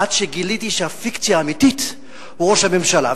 עד שגיליתי שהפיקציה האמיתית היא ראש הממשלה.